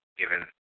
given